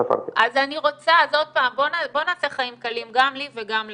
אז עוד פעם, בוא נעשה חיים קלים, גם לי וגם לך.